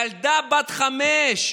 ילדה בת חמש.